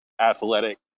athletic